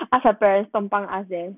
I ask her parents 帮帮 ask them